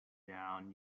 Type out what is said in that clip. down